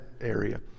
area